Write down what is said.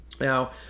Now